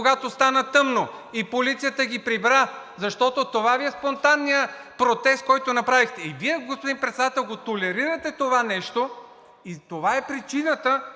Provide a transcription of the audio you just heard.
когато стана тъмно, и полицията ги прибра, защото това Ви е спонтанният протест, който направихте. И Вие, господин Председател, го толерирате това нещо. Това е причината